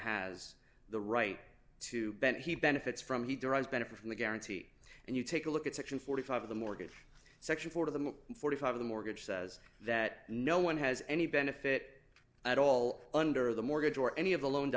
has the right to bend he benefits from he derives benefit from the guarantee and you take a look at section forty five of the mortgage section four of the forty five of the mortgage says that no one has any benefit at all under the mortgage or any of